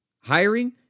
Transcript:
Hiring